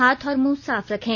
हाथ और मुंह साफ रखें